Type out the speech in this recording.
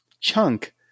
chunk